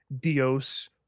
Dios